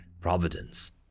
providence